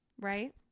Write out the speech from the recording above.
Right